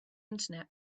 internet